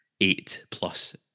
eight-plus